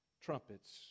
trumpets